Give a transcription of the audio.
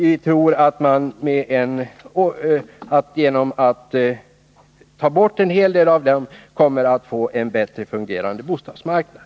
Vi tror att man genom att ta bort en hel del av dem kommer att få en bättre fungerande bostadsmarknad.